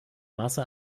masse